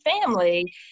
family